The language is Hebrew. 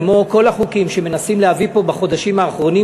כמו כל החוקים שמנסים להביא פה בחודשים האחרונים,